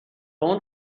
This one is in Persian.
اون